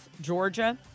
Georgia